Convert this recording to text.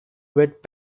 wet